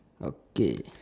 okay